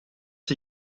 der